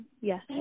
Yes